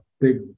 big